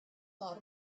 thought